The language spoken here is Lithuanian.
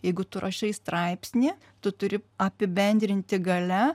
jeigu tu rašai straipsnį tu turi apibendrinti gale